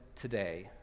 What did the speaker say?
today